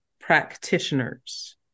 practitioners